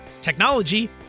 technology